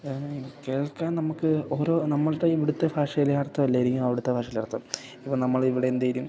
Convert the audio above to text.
കേൾക്കാൻ നമുക്ക് ഓരോ നമ്മളുടെ ഇവിടുത്തെ ഭാഷയിലെ അർത്ഥം അല്ലായിരിക്കും അവിടുത്തെ ഭാഷയിലെ അർത്ഥം ഇപ്പം നമ്മൾ ഇവിടെ എന്തേലും